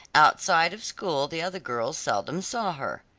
outside of school the other girls seldom saw her.